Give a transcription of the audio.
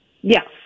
yes